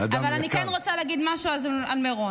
אבל אני כן רוצה להגיד משהו על מירון.